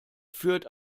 führt